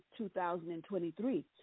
2023